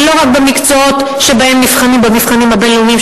ולא רק במקצועות שבהם נבחנים במבחנים הבין-לאומיים,